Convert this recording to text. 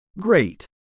Great